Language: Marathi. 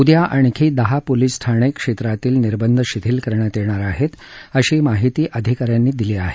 उद्या आणखी दहा पोलीस ठाणे क्षेत्रातील निर्बंध शिथिल करण्यात येणार आहेत अशी माहिती अधिकाऱ्यांनी दिली आहे